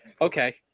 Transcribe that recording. Okay